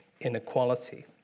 inequality